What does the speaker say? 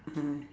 (uh huh)